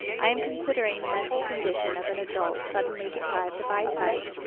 i am considering the mental condition of an adult suddenly deprived of eyesight,